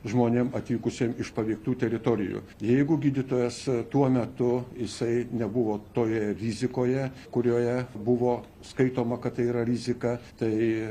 žmonėm atvykusiem iš paveiktų teritorijų jeigu gydytojas tuo metu jisai nebuvo toje rizikoje kurioje buvo skaitoma kad tai yra rizika tai